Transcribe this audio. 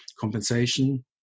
compensation